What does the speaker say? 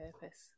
purpose